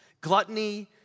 Gluttony